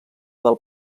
del